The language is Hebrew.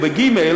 ב' או ג',